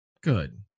Good